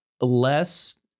less